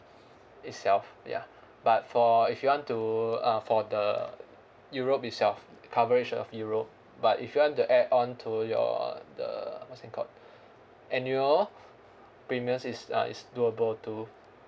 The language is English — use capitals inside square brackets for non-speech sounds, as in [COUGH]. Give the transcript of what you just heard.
[BREATH] itself ya but for if you want to uh for the europe itself coverage of europe but if you want the add on to your uh the what's it called [BREATH] annual premiums is a is doable too